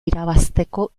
irabazteko